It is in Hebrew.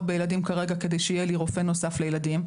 בילדים כרגע כדי שיהיה לי רופא נוסף לילדים,